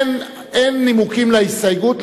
אין נימוקים להסתייגות,